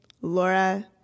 Laura